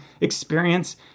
experience